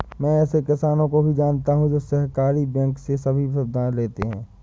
मैं ऐसे किसानो को भी जानता हूँ जो सहकारी बैंक से सभी सुविधाएं लेते है